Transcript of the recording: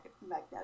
magnetic